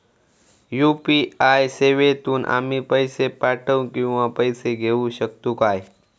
UPI सेवेतून आम्ही पैसे पाठव किंवा पैसे घेऊ शकतू काय?